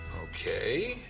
okay.